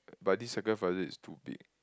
but these sacrifices is too big